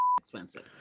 expensive